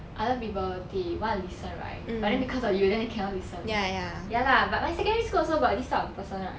other people they wanna listen right but then because of you then they cannot listen ya lah but my secondary school also got this type of person right